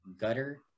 gutter